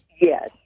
Yes